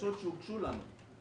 בקשות שהוגשו לנו.